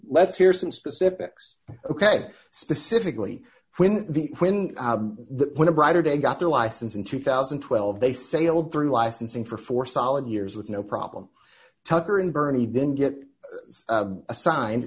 let's hear some specifics ok specifically when the when the when a brighter day got their license in two thousand and twelve they sailed through licensing for four solid years with no problem tucker and bernie didn't get assigned